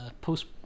post